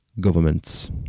governments